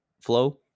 flow